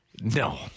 No